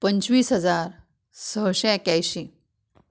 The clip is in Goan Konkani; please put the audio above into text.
पंचवीस हजार सयशें एकायशीं